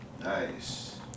Nice